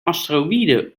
asteroïde